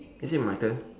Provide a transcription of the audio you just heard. is it my turn